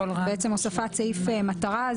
הוספת סעיף מטרה.